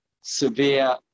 severe